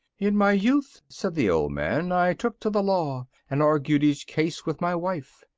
in my youth, said the old man, i took to the law, and argued each case with my wife,